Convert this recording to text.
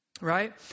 Right